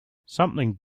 something